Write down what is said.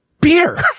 beer